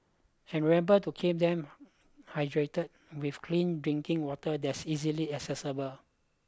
and remember to keep them hydrated with clean drinking water that's easily accessible